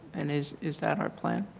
and is is that our plan?